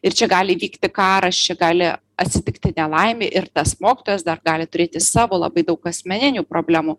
ir čia gali įvykti karas čia gali atsitikti nelaimė ir tas mokytojas dar gali turėti savo labai daug asmeninių problemų